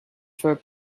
for